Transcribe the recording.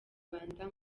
rwanda